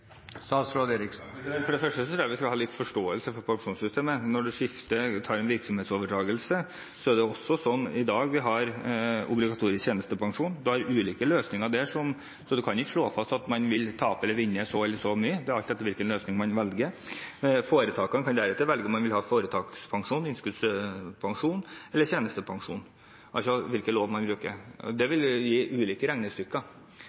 For det første tror jeg vi skal ha litt forståelse for pensjonssystemet. Når man har en virksomhetsoverdragelse, er det også sånn i dag at vi har obligatorisk tjenestepensjon. Man har ulike løsninger der, så man kan ikke slå fast at man vil tape eller vinne så eller så mye – det er alt etter hvilken løsning man velger. Foretakene kan deretter velge om man vil ha foretakspensjon, innskuddspensjon eller tjenestepensjon – altså hvilken lov man bruker. Det vil gi ulike regnestykker,